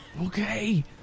Okay